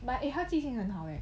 but eh 他记性很好 eh